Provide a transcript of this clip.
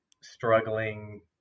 struggling